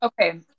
okay